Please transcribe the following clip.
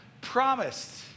promised